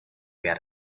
get